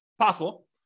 possible